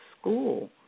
school